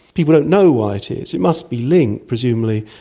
people don't know why it is. it must be linked, presumably,